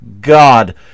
God